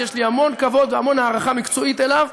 שיש לי המון כבוד והמון הערכה מקצועית אליו,